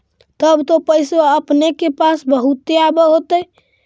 तब तो पैसबा अपने के पास बहुते आब होतय?